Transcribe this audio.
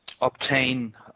obtain